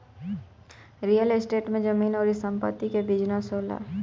real estate में जमीन अउरी संपत्ति कअ बिजनेस होला